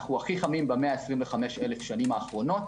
אנו הכי חמים ב-125,000 שנים האחרונות